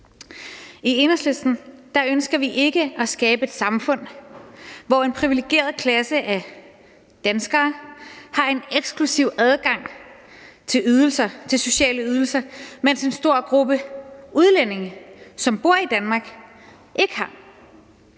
I Enhedslisten ønsker vi ikke at skabe et samfund, hvor en privilegeret klasse af danskere har en eksklusiv adgang til sociale ydelser, mens en stor gruppe udlændinge, som bor i Danmark, ikke har.